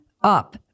up